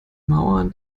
mauer